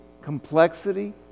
complexity